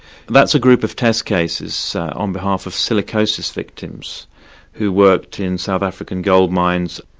that's a group of test cases on behalf of silicosis victims who worked in south african gold mines.